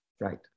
Right